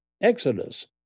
Exodus